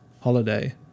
holiday